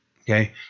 okay